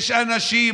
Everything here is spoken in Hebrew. יש אנשים.